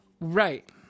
Right